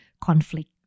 conflict